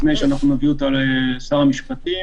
לפני שנביא לשר המשפטים